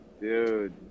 Dude